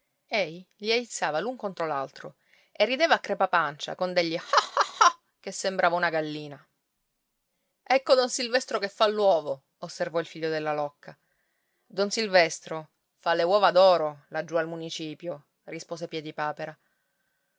ei gli aizzava l'un contro l'altro e rideva a crepapancia con degli ah ah ah che sembrava una gallina ecco don silvestro che fa l'uovo osservò il figlio della locca don silvestro fa le uova d'oro laggiù al municipio rispose piedipapera